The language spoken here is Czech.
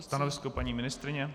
Stanovisko paní ministryně?